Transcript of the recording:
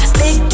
big